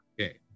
Okay